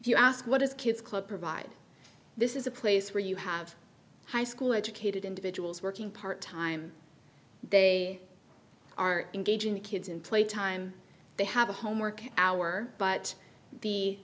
you ask what is kids club provide this is a place where you have high school educated individuals working part time they are engaging the kids in playtime they have a homework hour but the